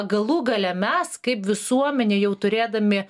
galų gale mes kaip visuomenė jau turėdami